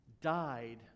died